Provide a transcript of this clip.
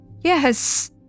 Yes